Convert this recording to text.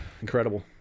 incredible